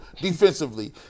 defensively